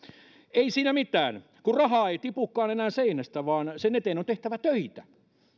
ei siinä mitään kun rahaa ei tipukaan enää seinästä vaan sen eteen on tehtävä töitä